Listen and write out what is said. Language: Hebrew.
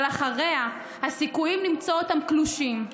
אבל אחריה הסיכויים למצוא אותם קלושים.